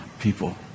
people